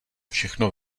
všechno